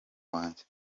wanjye